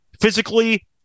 physically